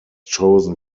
chosen